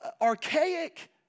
archaic